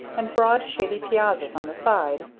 and broad shady piazzas on the sides.